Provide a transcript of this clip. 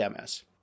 MS